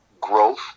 growth